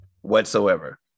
whatsoever